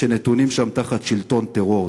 שנתונים שם תחת שלטון טרור.